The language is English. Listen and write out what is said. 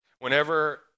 Whenever